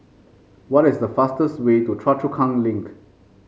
what is the fastest way to Choa Chu Kang Link